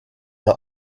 the